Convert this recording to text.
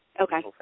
Okay